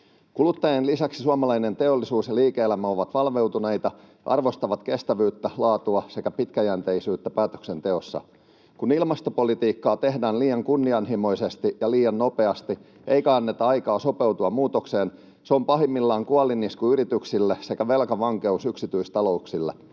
Kuluttajien lisäksi suomalainen teollisuus ja liike-elämä ovat valveutuneita ja arvostavat kestävyyttä, laatua sekä pitkäjänteisyyttä päätöksenteossa. Kun ilmastopolitiikkaa tehdään liian kunnianhimoisesti ja liian nopeasti eikä anneta aikaa sopeutua muutokseen, se on pahimmillaan kuolinisku yrityksille sekä velkavankeus yksityistalouksille.